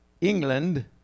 England